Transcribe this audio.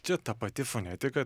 čia ta pati fonetika